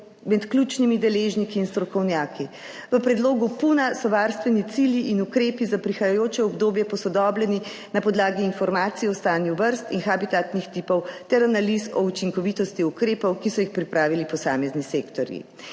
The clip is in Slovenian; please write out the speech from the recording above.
med ključnimi deležniki in strokovnjaki. V predlogu PUN-a so varstveni cilji in ukrepi za prihajajoče obdobje posodobljeni na podlagi informacij o stanju vrst in habitatnih tipov ter analiz o učinkovitosti ukrepov, ki so jih pripravili posamezni sektorji.